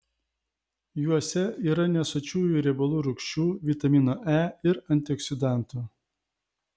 juose yra nesočiųjų riebalų rūgščių vitamino e ir antioksidantų